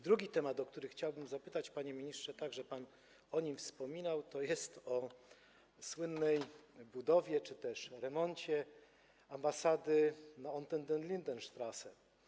Drugi temat, o który chciałbym zapytać, panie ministrze, także pan o nim wspominał, to jest słynna budowa czy też remont ambasady na Unter den Linden Strasse.